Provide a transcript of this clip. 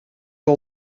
all